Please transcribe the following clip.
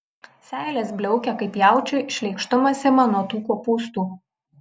seilės bliaukia kaip jaučiui šleikštumas ima nuo tų kopūstų